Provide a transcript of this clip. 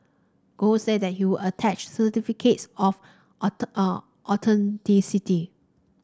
gold said that he would attach certificates of authenticity